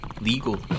legal